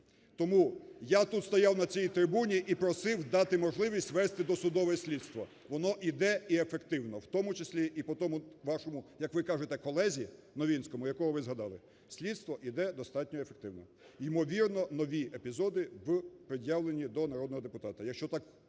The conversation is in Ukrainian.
Тому я тут стояв на цій трибуні і просив дати можливість вести досудове слідство, воно іде і ефективно, в тому числі, і по тому вашому, як ви кажете, колезі Новинському, якого ви згадали. Слідство іде достатньо ефективно. Ймовірно нові епізоди в пред'явленні до народного депутата. Якщо так